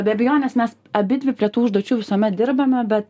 be abejonės mes abidvi prie tų užduočių visuomet dirbame bet